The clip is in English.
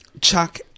Chuck